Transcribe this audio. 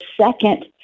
second